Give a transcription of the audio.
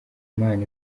impano